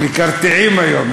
מקרטעים היום.